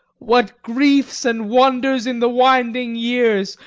what griefs and wonders in the winding years.